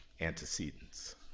antecedents